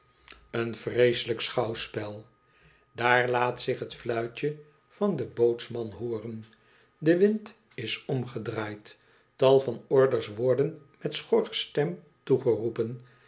een vreeselijk aan boord schouwspel daar laat zich het fluitje van den bootsman hooren de wind is omgedraaid tal van orders worden met schorre stem toegeroepen